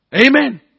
Amen